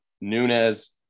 Nunez